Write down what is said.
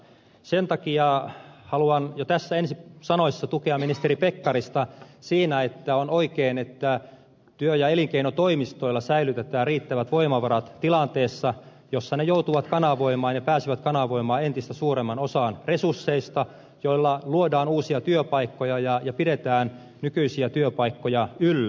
sen takia haluan jo tässä ensi sanoissa tukea ministeri pekkarista siinä että on oikein että työ ja elinkeinotoimistoilla säilytetään riittävät voimavarat tilanteessa jossa ne joutuvat ja pääsevät kanavoimaan entistä suuremman osan resursseista joilla luodaan uusia työpaikkoja ja pidetään nykyisiä työpaikkoja yllä